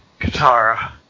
Katara